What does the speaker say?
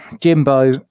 jimbo